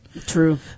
True